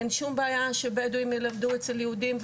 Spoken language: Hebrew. אין שום בעיה שבדואים ילמדו אצל יהודים,